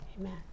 Amen